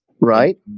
right